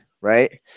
right